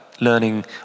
learning